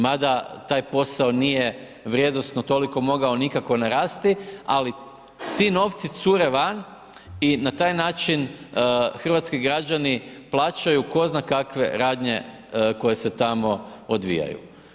Ma da, taj posao nije vrijednosno toliko mogao nikako narasti, ali ti novci cure van i na taj način hrvatski građani plaćaju tko zna kakve radnje koje se tamo odvijaju.